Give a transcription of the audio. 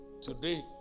today